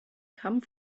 come